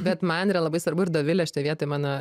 bet man yra labai svarbu ir dovilė šitoj vietoj mano